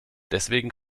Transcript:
deswegen